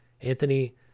Anthony